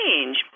change